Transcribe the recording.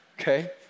okay